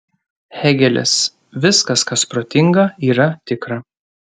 hėgelis viskas kas protinga yra tikra